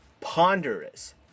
ponderous